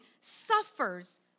suffers